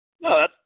No